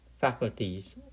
faculties